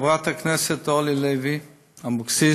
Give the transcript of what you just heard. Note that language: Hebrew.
חברת הכנסת אורלי לוי אבקסיס,